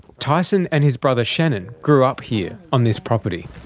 tyson and his brother shannon grew up here on this property.